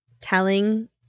telling